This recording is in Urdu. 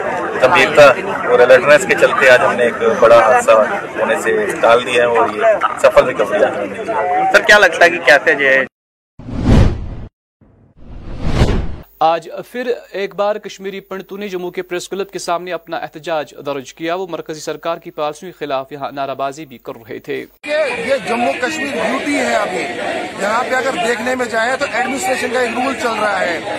گمبھیرتا اور alertness کے چلتے آج ہم نے ایک بڑا حادثہ ہونے سے ٹال دیا ہے اور یہ successful recovery- سر، کیا لگتا ہے کہ کیا تھے یہ- آج پھر ایک بار کشمیری پنڈتوں نے جموں کے پریس کلب کے سامنے اپنا احتجاج درج کیا۔ وہ مرکزی سرکار کی پالیسیوں کے خلاف یہاں نعرہ بازی بھی کر رہے تھے۔ یہ- یہ جموں کشمیر UT ہے ابھی۔ یہاں پہ اگر دیکھنے میں جائے تو administration کا ایک رول چل رہا ہے۔